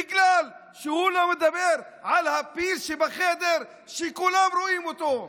בגלל שהוא לא מדבר על הפיל שבחדר שכולם רואים אותו,